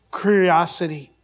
curiosity